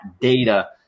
data